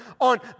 on